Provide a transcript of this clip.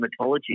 dermatology